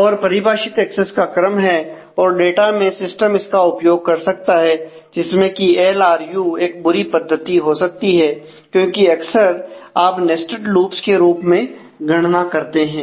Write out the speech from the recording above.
और परिभाषित एक्सेस का क्रम है और डाटा में सिस्टम उसका उपयोग कर सकता है जिसमें कि एल आर यू एक बुरी पद्धति हो सकती है क्योंकि अक्सर आप नेस्टेड लूप्स के रूप में गणना करते हैं